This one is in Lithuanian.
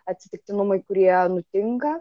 atsitiktinumai kurie nutinka